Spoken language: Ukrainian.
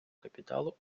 капіталу